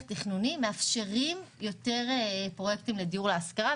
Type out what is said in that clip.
תכנוני מאפשרים יותר פרויקטים לדיור להשכרה,